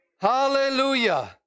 Hallelujah